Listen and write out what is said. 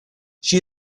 she